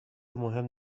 مهم